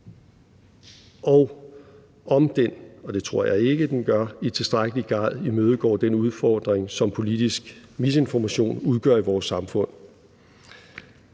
og om den – og det tror jeg ikke at den gør – i tilstrækkelig grad imødegår den udfordring, som politisk misinformation udgør i vores samfund.